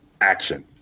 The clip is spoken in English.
action